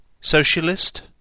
Socialist